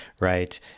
right